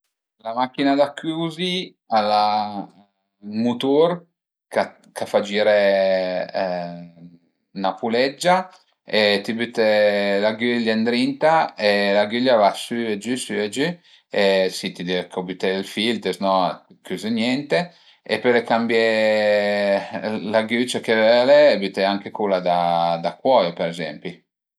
La machina da cuzi al a ün mutur ch'a fa giré 'na puleggia e ti büte l'agüglia ëndrinta e l'agüglia a va sü e giü, sü e giü e si ti deve co büté ël fil deznò cüze niente e pöle cambié l'agücia che völe e büté anche cula da cuoio për ezempi